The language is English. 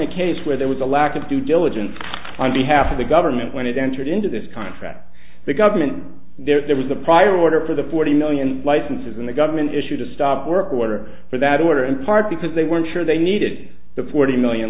a case where there was a lack of due diligence on behalf of the government when it entered into this contract the government there was a prior order for the forty million licenses when the government issued a stop work order for that order in part because they weren't sure they needed the forty million